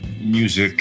music